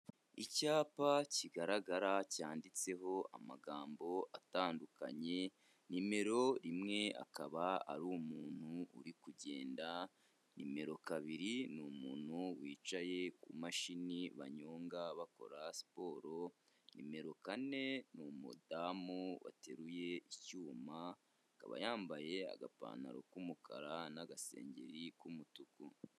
Icyapa kigaragara cyanditseho amagambo atandukanye, nimero rimwe akaba ari umuntu uri kugenda, nimero kabiri ni umuntu wicaye ku mashini banyonga bakora siporo, nimero kane ni umudamu wateruye icyuma akaba yambaye agapantaro k'umukara n'agasengeri k'umutuku.